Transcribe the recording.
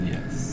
Yes